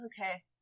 Okay